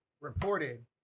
reported